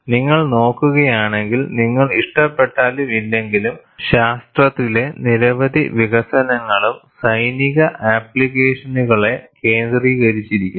നിങ്ങൾ നോക്കുകയാണെങ്കിൽ നിങ്ങൾ ഇഷ്ടപ്പെട്ടാലും ഇല്ലെങ്കിലും ശാസ്ത്രത്തിലെ നിരവധി വികസനങ്ങളും സൈനിക അപ്ലിക്കേഷനുകളെ കേന്ദ്രീകരിച്ചിരുന്നു